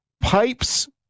pipes